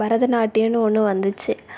பரதநாட்டியம்னு ஒன்று வந்துச்சு